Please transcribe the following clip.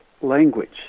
language